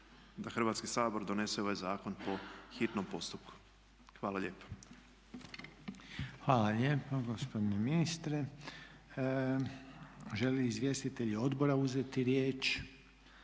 da Hrvatski sabor donese ovaj zakon po hitnom postupku. Hvala lijepo. **Reiner, Željko (HDZ)** Hvala lijepo gospodine ministre. Žele li izvjestitelji odbora uzeti riječ?